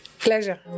pleasure